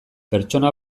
pertsona